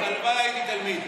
הלוואי הייתי תלמיד.